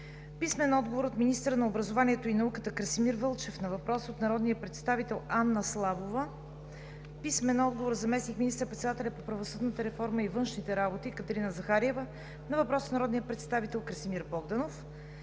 Халачева; - министъра на образованието и науката Красимир Вълчев на въпрос от народния представител Анна Славова; - заместник министър-председателя по правосъдната реформа и външните работи Екатерина Захариева на въпрос от народния представител Красимир Богданов;